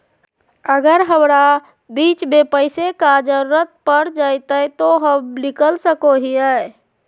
अगर हमरा बीच में पैसे का जरूरत पड़ जयते तो हम निकल सको हीये